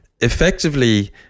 effectively